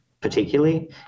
particularly